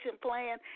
plan